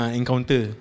encounter